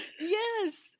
Yes